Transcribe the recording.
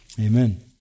amen